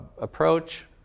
approach